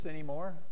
anymore